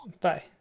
Bye